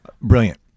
Brilliant